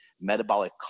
metabolic